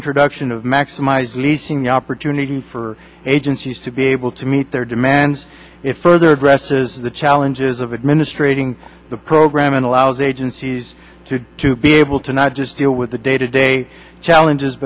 reintroduction of maximize leasing opportunity for agencies to be able to meet their demands it further addresses the challenges of administrating the program and allows agencies to be able to not just deal with the day to day challenges